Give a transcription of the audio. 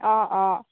অ' অ'